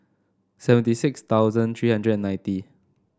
seventy six thousand three hundred and ninety